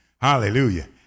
hallelujah